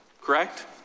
correct